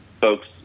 folks